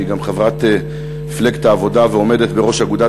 שהיא גם חברת מפלגת העבודה ועומדת בראש אגודת